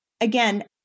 again